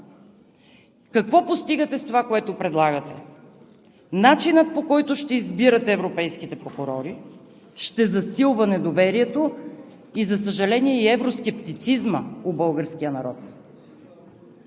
Какво постигате с това, което предлагате? Начинът, по който ще избирате европейските прокурори, ще засилва недоверието, а за съжаление, и евроскептицизма у българския народ.